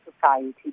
society